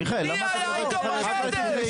מי היה איתו בחדר?